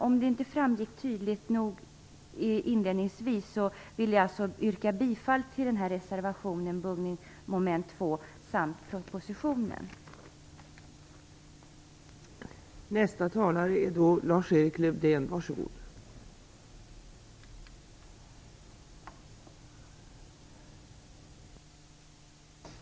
Om det inte framgick tydligt nog inledningsvis, vill jag alltså yrka bifall till reservationen om buggning, som gäller mom. 2, samt i övrigt till utskottets hemställan.